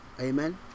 Amen